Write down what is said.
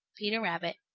peter rabbit.